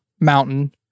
mountain